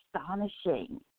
astonishing